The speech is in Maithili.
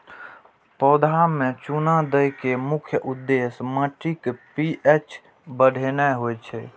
पौधा मे चूना दै के मुख्य उद्देश्य माटिक पी.एच बढ़ेनाय होइ छै